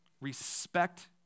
respect